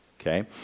Okay